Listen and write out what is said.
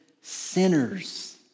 sinners